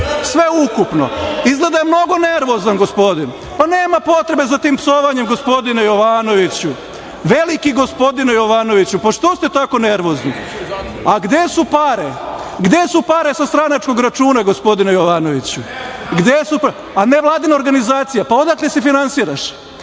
Sve ukupno. Izgleda je mnogo nervozan gospodin. Nema potrebe za tim psovanjem, gospodine Jovanoviću. Veliki gospodine Jovanoviću, pa što ste toliko nervozni? Gde su pare? Gde su pare sa stranačkog računa, gospodine Jovanoviću?(Aleksandar Jovanović: Ja nemam stranku.)Gde